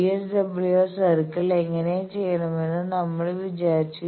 VSWR circle എങ്ങനെ ചെയ്യണമെന്ന് നമ്മൾ വിവരിച്ചു